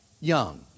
young